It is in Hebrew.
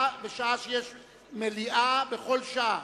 כשיש מליאה, בכל שעה.